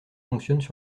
fonctionnent